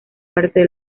parte